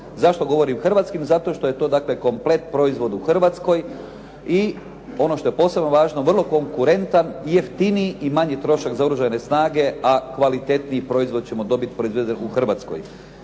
Zašto govorim hrvatskim? Zato što je to dakle komplet proizvod u Hrvatskoj i ono što je posebno važno, vrlo konkurentan i jeftiniji i manji trošak za Oružane snage, a kvalitetniji proizvod ćemo dobiti proizveden